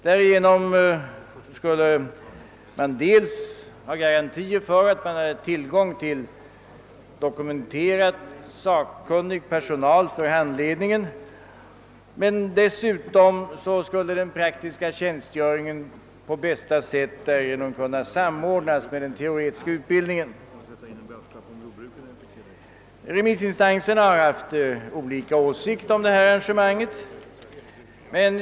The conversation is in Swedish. Därigenom skulle man få garantier för tillgång till garanterat sakkunnig personal för handledningen och dessutom skulle den praktiska tjänstgöringen på bästa sätt kunna samordnas med den teoretiska utbildningen. Remissinstanserna har haft olika åsikter om detta arrangemang.